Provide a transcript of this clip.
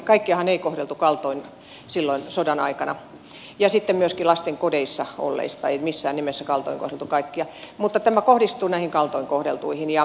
kaikkiahan ei kohdeltu kaltoin silloin sodan aikana ja myöskään lastenkodeissa olleista ei missään nimessä kaltoin kohdeltu kaikkia mutta tämä kohdistuu näihin kaltoin kohdeltuihin